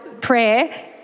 prayer